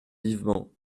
vivement